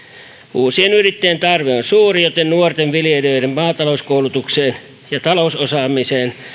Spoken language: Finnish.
uusien yrittäjien tarve on suuri joten nuorten viljelijöiden maatalouskoulutukseen ja talousosaamiseen